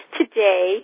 today